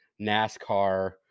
NASCAR